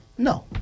No